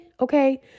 okay